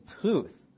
truth